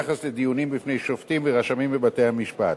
ביחס לדיונים בפני שופטים ורשמים בבתי-המשפט.